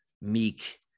meek